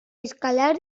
escalar